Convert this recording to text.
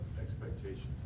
expectations